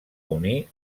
unir